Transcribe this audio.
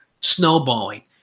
snowballing